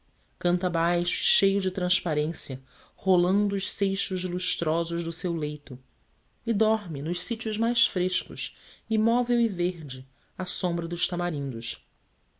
canta baixo e cheio de transparência rolando os seixos lustrosos do seu leito e dorme nos sítios mais frescos imóvel e verde à sombra dos tamarindos